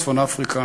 צפון-אפריקה.